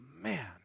man